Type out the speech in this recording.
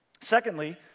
Secondly